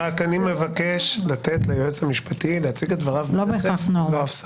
אני מבקש לתת ליועץ המשפטי להציג ברצף, ללא הפסקה.